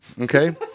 okay